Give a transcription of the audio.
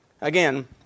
Again